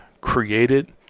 created